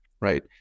right